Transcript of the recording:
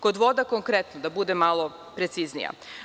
Kod voda konkretno da budem malo preciznija.